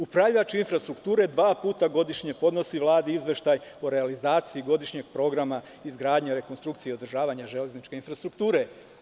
Upravljač infrastrukture dva puta godišnje podnosi Vladi izveštaj o realizaciji godišnjeg programa izgradnje, rekonstrukcije i održavanje železničke infrastrukture.